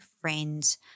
friends